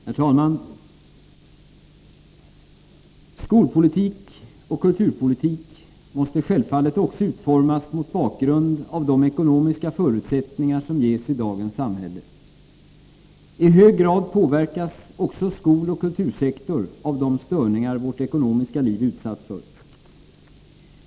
Herr talman! Skolpolitik och kulturpolitik måste självfallet också utformas mot bakgrund av de ekonomiska förutsättningar som ges i dagens samhälle. I hög grad påverkas också skoloch kultursektorerna av de störningar vårt ekonomiska liv utsatts för.